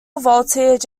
voltage